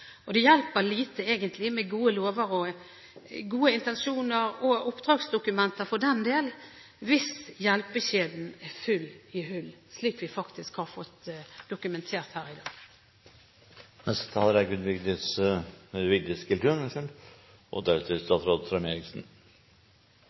Det hjelper egentlig lite med gode lover og gode intensjoner – og oppdragsdokumenter, for den del – hvis hjelpekjeden er full av hull, slik vi har fått det dokumentert her i dag. Jeg vil takke alle som har deltatt i denne debatten, og